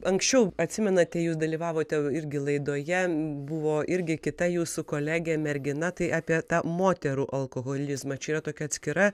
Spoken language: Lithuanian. anksčiau atsimenate jūs dalyvavote irgi laidoje buvo irgi kita jūsų kolegė mergina tai apie tą moterų alkoholizmą čia yra tokia atskira